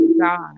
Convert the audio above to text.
God